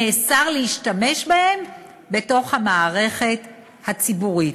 נאסר להשתמש בהם בתוך המערכת הציבורית,